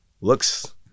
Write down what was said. looks